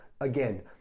Again